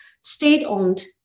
state-owned